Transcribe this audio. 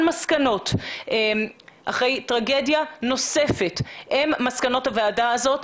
מסקנות אחרי טרגדיה נוספת הן מסקנות הוועדה היום,